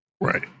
Right